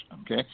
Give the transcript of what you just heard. okay